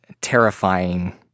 terrifying